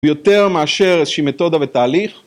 ‫ויותר מאשר איזושהי מתודה ותהליך.